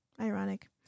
ironic